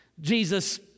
Jesus